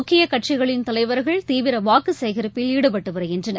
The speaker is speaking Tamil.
முக்கியகட்சிகளின் தலைவர்கள் தீவிரவாக்குசேகரிப்பில் ஈடுபட்டுவருகின்றனர்